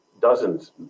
Dozens